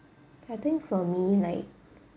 I think for me like